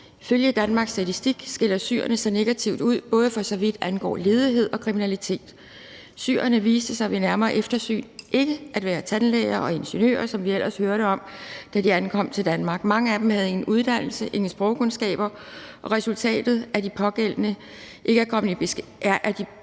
Ifølge Danmarks Statistik skiller syrerne sig negativt ud, både for så vidt angår ledighed og kriminalitet. Syrerne viste sig ved nærmere eftersyn ikke at være tandlæger og ingeniører, som vi ellers hørte om, da de ankom til Danmark. Mange af dem havde ingen uddannelse, ingen sprogkundskaber, og resultatet er, at de pågældende ikke er kommet i beskæftigelse.